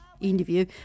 interview